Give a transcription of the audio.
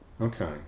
Okay